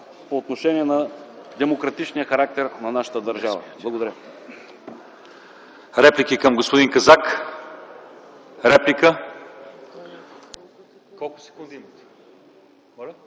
по отношение на демократичния характер на нашата държава. Благодаря.